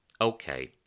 Okay